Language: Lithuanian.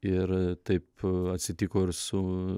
ir taip atsitiko ir su